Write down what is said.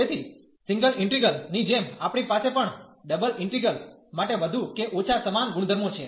તેથી single integral ની જેમ આપણી પાસે પણ ડબલ ઇન્ટિગ્રલ માટે વધુ કે ઓછા સમાન ગુણધર્મો છે